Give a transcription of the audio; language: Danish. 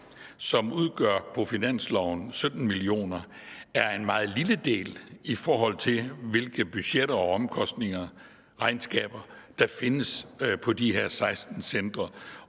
som på finansloven udgør 17 mio. kr., er en meget lille del i forhold til, hvilke budgetter og omkostninger og regnskaber der findes på de her 16 centre?